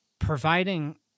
Providing